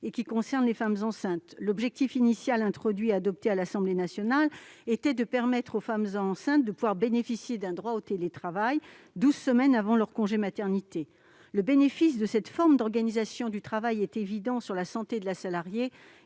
3 concernant les femmes enceintes. L'objectif initial de la disposition introduite par l'Assemblée nationale était de permettre aux femmes enceintes de bénéficier d'un droit au télétravail douze semaines avant leur congé maternité. Le bénéfice de cette forme d'organisation du travail est évident pour la santé de la salariée